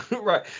Right